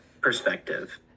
perspective